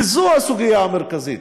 וזו הסוגיה המרכזית.